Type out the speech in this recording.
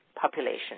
population